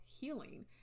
healing